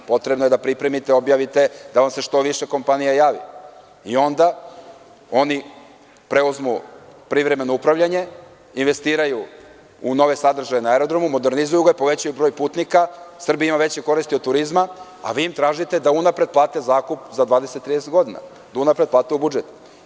Potrebno je da pripremite, da objavite, da vam se što više kompanija javi i onda oni preuzmu privremeno upravljanje, investiraju u nove sadržaje na aerodromu, modernizuju ga, povećaju broj putnika, Srbija ima veće koristi od turizma, a vi im tražite da unapred plate zakup za 20, 30 godina, da unapred plate u budžet.